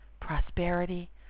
prosperity